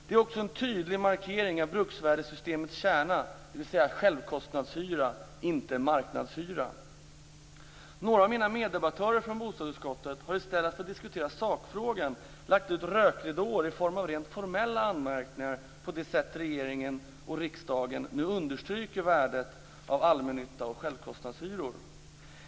Det är också en tydlig markering av bruksvärdessystemets kärna - dvs. självkostnadshyra, inte marknadshyra. Några av mina meddebattörer från bostadsutskottet har i stället för att diskutera sakfrågan lagt ut rökridåer i form av rent formella anmärkningar mot det sätt på vilket regeringen och riksdagen nu understryker värdet av allmännytta och självkostnadshyror.